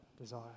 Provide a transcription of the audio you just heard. desire